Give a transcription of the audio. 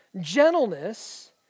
gentleness